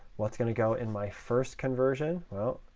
what's going to go in my first conversion? well,